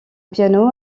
piano